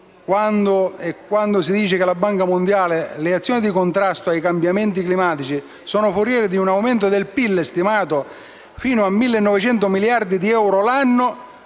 quanto ci dice la Banca mondiale, le azioni di contrasto ai cambiamenti climatici sono foriere di un aumento del PIL, stimato finora a 1.900 miliardi di euro l'anno,